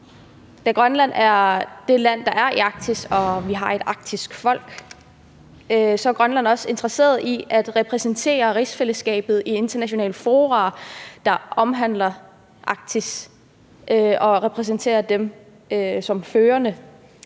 Da Grønland er det land, der er i Arktis, og vi har et arktisk folk, så er Grønland også interesseret i at repræsentere rigsfællesskabet i internationale fora, der omhandler Arktis, og repræsentere dem som førende.